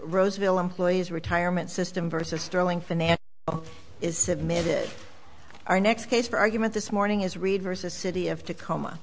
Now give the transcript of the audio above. roseville employees retirement system versus sterling finance is submitted our next case for argument this morning is read versus city if tacoma